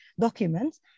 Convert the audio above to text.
documents